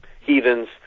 heathens